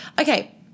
okay